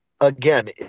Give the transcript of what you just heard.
again